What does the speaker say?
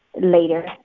later